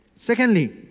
Secondly